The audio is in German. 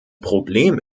problem